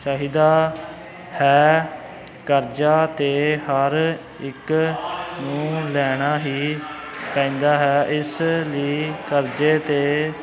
ਚਾਹੀਦਾ ਹੈ ਕਰਜ਼ਾ ਤਾਂ ਹਰ ਇੱਕ ਨੂੰ ਲੈਣਾ ਹੀ ਪੈਂਦਾ ਹੈ ਇਸ ਲਈ ਕਰਜ਼ੇ ਅਤੇ